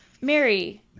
Mary